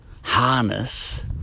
harness